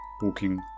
walking